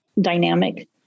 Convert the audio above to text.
dynamic